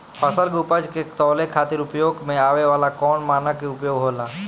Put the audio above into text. फसल के उपज के तौले खातिर उपयोग में आवे वाला कौन मानक के उपयोग होला?